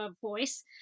voice